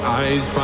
eyes